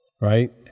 Right